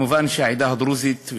מובן שהעדה הדרוזית,